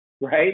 right